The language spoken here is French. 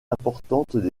importante